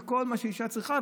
וכל מה שאישה צריכה,